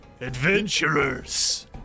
Adventurers